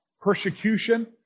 persecution